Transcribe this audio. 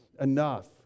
enough